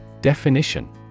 Definition